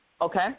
okay